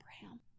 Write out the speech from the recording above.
Abraham